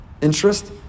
interest